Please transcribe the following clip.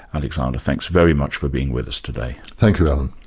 alexander, thanks very much for being with us today. thank you, alan.